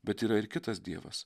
bet yra ir kitas dievas